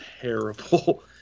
terrible